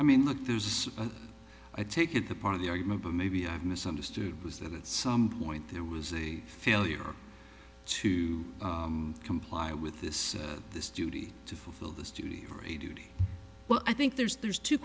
i mean look there's i take it the part of the argument or maybe i misunderstood was that at some point there was a failure to comply with this the student to fulfill the student or a duty well i think there's there's two